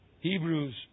Hebrews